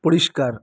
পরিষ্কার